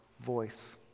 voice